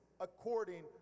according